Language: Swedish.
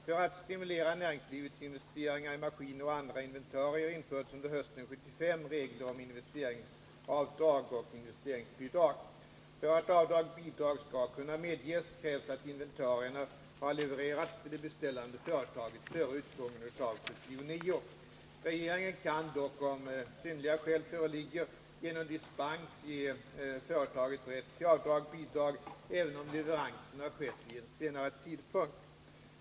För att stimulera näringslivets investeringar i maskiner och andra inventarier införde man under hösten 1975 regler om investeringsavdrag och investeringsbidrag . För att avdrag bidrag även om leveransen har skett vid senare tidpunkt.